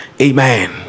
amen